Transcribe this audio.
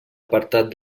apartat